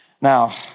Now